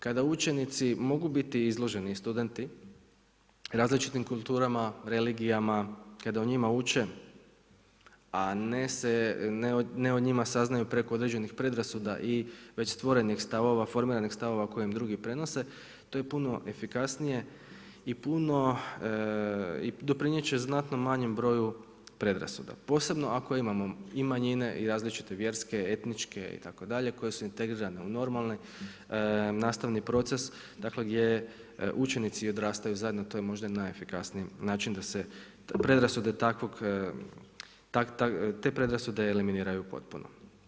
Kada učenici mogu biti izloženi i studenti različitim kulturama, religijama, kada o njima uče a ne o njima saznaju preko određenih predrasuda i već stvorenih stavova, formiranih stavova koje im drugi prenose to je puno efikasnije i puno doprinijet će znatno manjem broju predrasuda posebno ako imamo i manjine i različite vjerske, etničke itd. koje su integrirane u normalni nastavni proces dakle gdje učenici odrastaju zajedno, to je možda najefikasniji način da se predrasude takve eliminiraju potpuno.